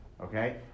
Okay